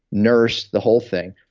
nursed, the whole thing,